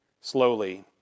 slowly